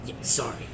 Sorry